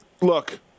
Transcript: Look